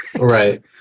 Right